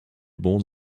born